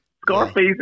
Scarface